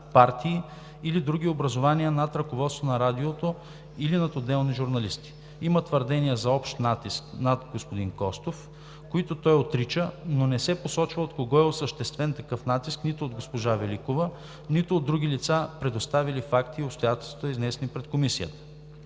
партии или други образувания над ръководството на Радиото или над отделни журналисти. Има твърдения за общ натиск над господин Костов, които той отрича, но не се посочва от кого е осъществен такъв натиск нито от госпожа Великова, нито от други лица, представили факти и обстоятелства, изнесени пред Комисията.